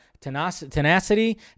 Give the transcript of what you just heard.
Tenacity